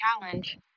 challenge